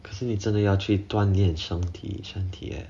可是你真的要去锻炼身体身体